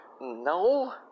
No